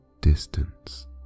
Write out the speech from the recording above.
distance